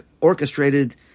orchestrated